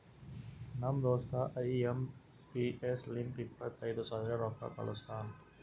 ನಮ್ ದೋಸ್ತ I M P S ಲಿಂತ ಇಪ್ಪತೈದು ಸಾವಿರ ರೊಕ್ಕಾ ಕಳುಸ್ತಾನ್